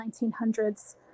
1900s